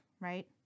right